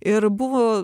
ir buvo